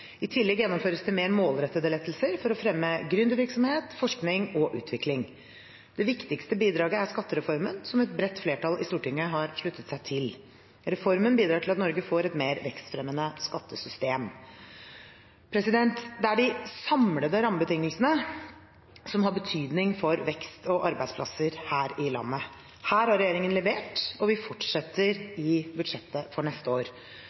I tillegg gjennomføres det mer målrettede lettelser for å fremme gründervirksomhet, forskning og utvikling. Det viktigste bidraget er skattereformen, som et bredt flertall på Stortinget har sluttet seg til. Reformen bidrar til at Norge får et mer vekstfremmende skattesystem. Det er de samlede rammebetingelsene som har betydning for vekst og arbeidsplasser her i landet. Her har regjeringen levert, og vi fortsetter i budsjettet for neste år.